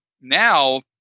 Now